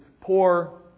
poor